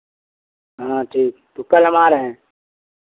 हाँ ठीक तो कल हम आ रहे हैं